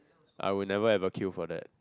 I would never ever queue for that